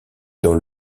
dans